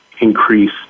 increase